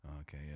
Okay